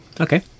Okay